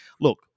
look